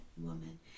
woman